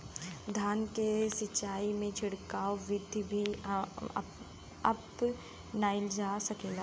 धान के सिचाई में छिड़काव बिधि भी अपनाइल जा सकेला?